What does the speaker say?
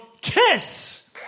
KISS